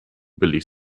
billig